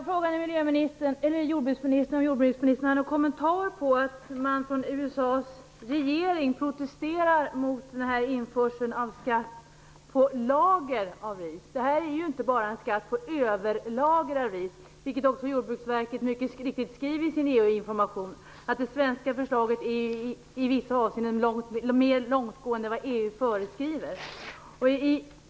Fru talman! Får jag fråga jordbruksministern om hon har någon kommentar till att man från USA:s regering protesterar emot införande av skatt på lager av ris. Detta är ju inte bara en skatt på överlager av ris. Jordbruksverket skrev mycket riktigt i sin EU information att det svenska förslaget i vissa avseenden är mer långtgående än vad EU föreskriver.